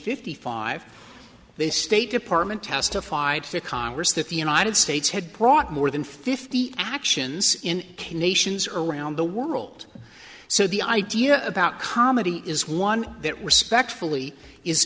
fifty five they state department testified to congress that the united states had brought more than fifty actions in k nations around the world so the idea about comedy is one that respectfully i